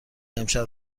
امشب